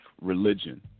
religion